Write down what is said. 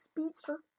Speedster